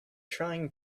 trying